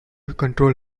control